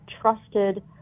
trusted